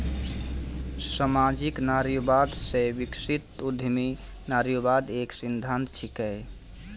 सामाजिक नारीवाद से विकसित उद्यमी नारीवाद एक सिद्धांत छिकै